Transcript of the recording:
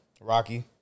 Rocky